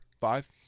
Five